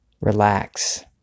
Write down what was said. relax